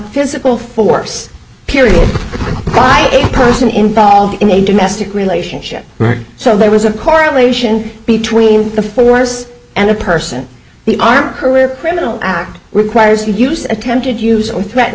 physical force period by a person in power in a domestic relationship so there was a correlation between the force and the person the army career criminal act requires you use attempted use or threatened